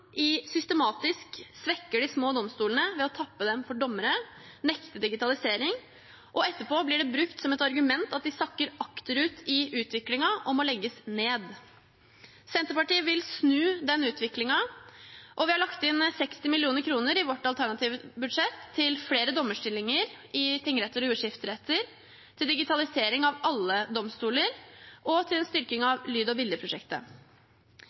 Domstoladministrasjonen systematisk svekker de små domstolene ved å tappe dem for dommere, nekte dem digitalisering og etterpå bruke som argument at de sakker akterut i utviklingen og må legges ned. Senterpartiet vil snu den utviklingen, og vi har lagt inn 60 mill. kr i vårt alternative budsjett til flere dommerstillinger i tingretter og jordskifteretter, til digitalisering av alle domstoler og til styrking av lyd- og